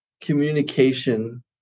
communication